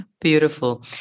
Beautiful